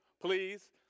please